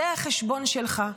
זה החשבון שלך.